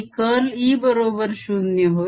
आणि curl E बरोबर 0 होय